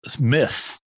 myths